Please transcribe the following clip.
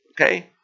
Okay